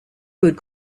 good